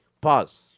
pause